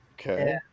Okay